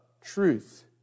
truth